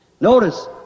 Notice